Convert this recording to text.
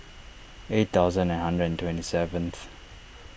eight thousand nine hundred and twenty seventh